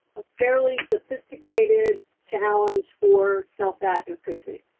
a fairly sophisticated challenge for self-advocacy,